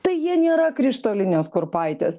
tai jie nėra krištolinės kurpaitės